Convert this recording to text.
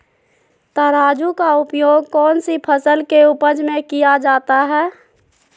तराजू का उपयोग कौन सी फसल के उपज में किया जाता है?